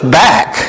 back